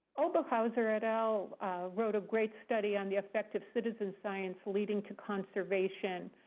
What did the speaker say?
oberhauser et al wrote a great study on the effect of citizen science leading to conservation.